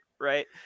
Right